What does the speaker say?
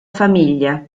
famiglia